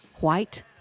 white